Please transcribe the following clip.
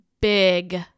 big